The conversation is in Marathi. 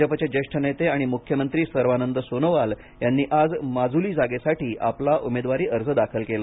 भाजपचे ज्येष्ठ नेते आणि मुख्यमंत्री सर्वानंद सोनोवाल यांनी आज माजुली जागेसाठी आपला उमेदवारी अर्ज दाखल केला